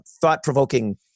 thought-provoking